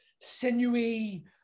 sinewy